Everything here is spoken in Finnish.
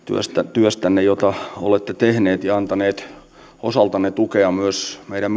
työstänne jota olette tehneet ja antaneet osaltanne tukea myös meidän